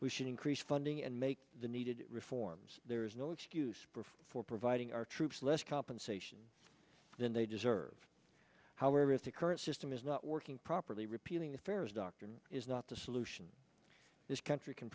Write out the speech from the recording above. we should increase funding and make the needed reforms there is no excuse for providing our troops less compensation than they deserve however if the current system is not working properly repealing the fairness doctrine is not the solution this country can